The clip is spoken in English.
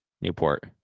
Newport